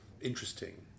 interesting